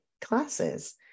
classes